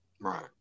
Right